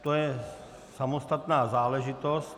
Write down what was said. To je samostatná záležitost.